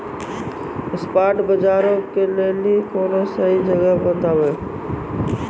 spot बजारो के लेली कोनो सही जगह बताबो